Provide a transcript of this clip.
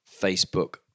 Facebook